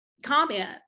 Comment